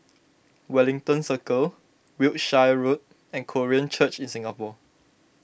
Wellington Circle Wiltshire Road and Korean Church in Singapore